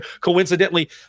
Coincidentally